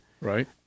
Right